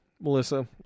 Melissa